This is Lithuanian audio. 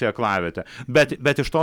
tai aklavietė bet bet iš tos